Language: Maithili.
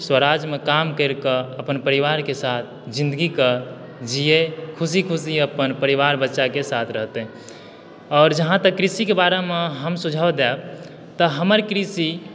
स्वराज्य मे काम करि कऽ अपन परिवार के साथ जिन्दगीके जिए खुशी खुशी अपन परिवार बच्चा के साथ रहते आओर जहाँ तक कृषि के बारेमे हम सुझाव दैब तऽ हमर कृषि